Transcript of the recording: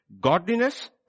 Godliness